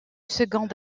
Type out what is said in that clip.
second